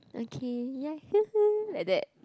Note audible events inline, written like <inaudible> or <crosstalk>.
okay ya <noise> like that